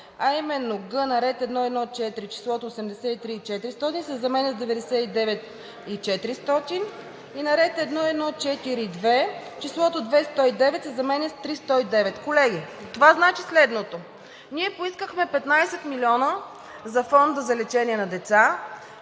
а именно: г) на ред 1.1.4. числото 83 400 се заменя с 99 400, и на ред 1.1.4.2. числото 2 109 се заменя с 3 109. Колеги, това значи следното: ние поискахме 15 милиона за Фонда за лечение на деца